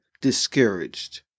discouraged